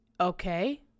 Okay